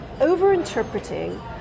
over-interpreting